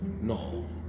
No